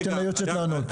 בוא ניתן ליועצת לענות.